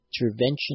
intervention